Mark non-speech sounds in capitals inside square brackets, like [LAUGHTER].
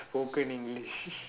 spoken English [LAUGHS]